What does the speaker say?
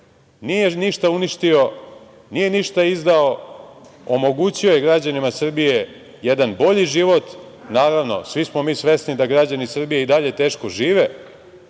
nije ništa izdao, omogućio je građanima Srbije jedan bolji život. Naravno, svi smo mi svesni da građani Srbije i dalje teško žive,